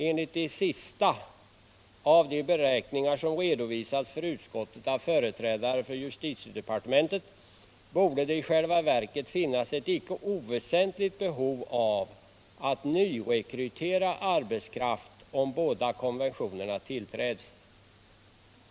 Enligt de sista av de beräkningar som redovisats för utskottet av företrädare för justitiedepartementet borde det i själva verket finnas ett icke oväsentligt behov av att nyrekrytcra arbetskraft om båda konventionerna tillträds.